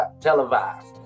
televised